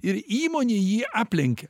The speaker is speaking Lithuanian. ir įmonė jį aplenkia